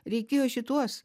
reikėjo šituos